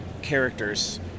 Characters